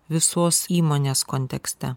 visos įmonės kontekste